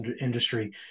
industry